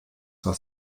zur